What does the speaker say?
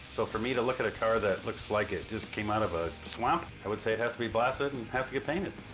so for me to look at a car that looks like it just came out of a swamp, i would say it has to be blasted and has to get painted.